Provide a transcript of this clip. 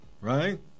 right